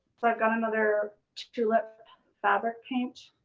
i've got another tulip fabric paint,